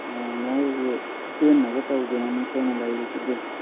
ꯅꯣꯏꯒꯤ ꯄꯦꯟꯅꯕ ꯇꯧꯒꯦ ꯍꯥꯏꯅ ꯑꯩꯈꯣꯏꯅ ꯂꯩꯔꯤꯁꯤꯗꯤ